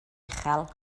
uchel